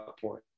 point